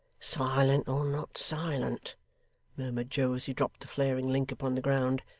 silent or not silent murmured joe, as he dropped the flaring link upon the ground,